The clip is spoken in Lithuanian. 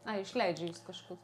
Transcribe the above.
ai išleidžia jus kažkur